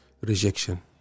rejection